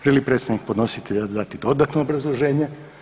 Želi li predstavnik podnositelja dati dodatno obrazloženje?